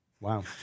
Wow